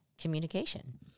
communication